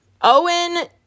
Owen